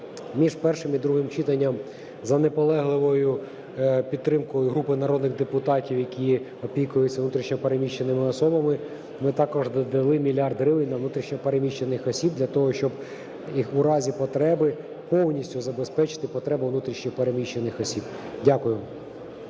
Між першим і другим читанням за наполегливою підтримкою групи народних депутатів, які опікуються внутрішньо переміщеними особами, ми також додали мільярд гривень на внутрішньо переміщених осіб для того, щоб їх в разі потреби повністю забезпечити потреби внутрішньо переміщених осіб. Дякую.